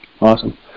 Awesome